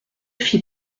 fit